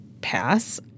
pass